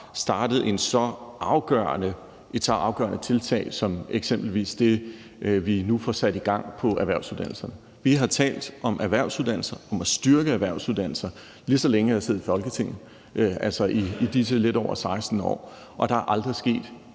startet et så afgørende tiltag som eksempelvis det, vi nu får sat i gang i forhold til erhvervsuddannelserne. Vi har talt om erhvervsuddannelser og om at styrke erhvervsuddannelser, lige så længe jeg har siddet i Folketinget, altså i disse lidt over 16 år, og der er aldrig sket